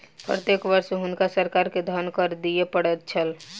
प्रत्येक वर्ष हुनका सरकार के धन कर दिअ पड़ैत छल